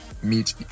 meet